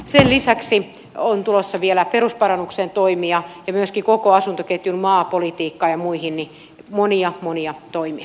sen lisäksi on tulossa vielä perusparannukseen toimia ja myöskin koko asuntoketjuun maapolitiikkaan ja muihin monia monia toimia